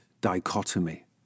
dichotomy